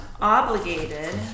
obligated